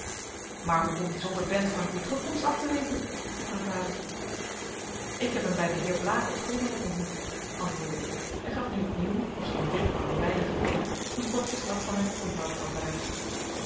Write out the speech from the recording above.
maar hoe komt die zotte vent van uw terugkomst af te weten vroeg mijn vader ik heb hem bij den heer blaek op guldenhof ontmoet antwoordde ik en gaf nu opnieuw ofschoon ditmaal in weinige woorden een kort verslag van mijn oponthoud aldaar